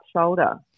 shoulder